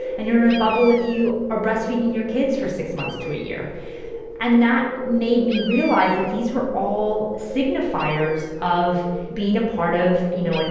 and you're in a bubble if you are breastfeeding your kids for six months to a year and that made me realize that these were all signifiers of being a part of, you know, and